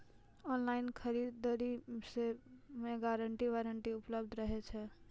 Online खरीद दरी मे गारंटी वारंटी उपलब्ध रहे छै?